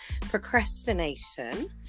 procrastination